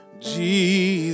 Jesus